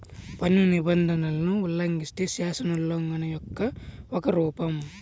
పన్ను నిబంధనలను ఉల్లంఘిస్తే, శాసనోల్లంఘన యొక్క ఒక రూపం